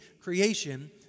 creation